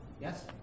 Yes